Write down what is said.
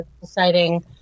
deciding